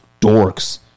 dorks